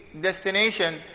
destination